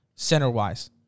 center-wise